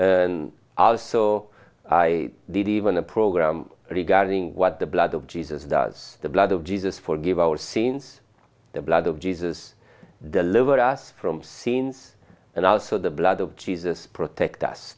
so i did even a program regarding what the blood of jesus does the blood of jesus forgive our sins the blood of jesus deliver us from scenes and also the blood of jesus protect us